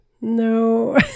No